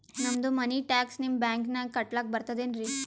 ನಮ್ದು money tax ನಿಮ್ಮ ಬ್ಯಾಂಕಿನಾಗ ಕಟ್ಲಾಕ ಬರ್ತದೇನ್ರಿ?